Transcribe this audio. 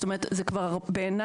זאת אומרת, בעיניי,